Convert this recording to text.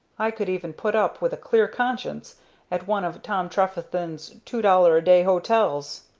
i could even put up with a clear conscience at one of tom trefethen's two-dollar-a-day hotels.